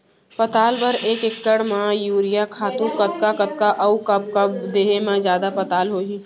पताल बर एक एकड़ म यूरिया खातू कतका कतका अऊ कब कब देहे म जादा पताल होही?